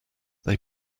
they